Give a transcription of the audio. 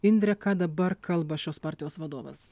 indre ką dabar kalba šios partijos vadovas